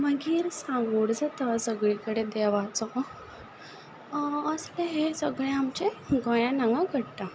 मागीर सांगोड जाता सगली कडेन देवाचो असले हे सगले आमचे गोंयान हांगा घडटा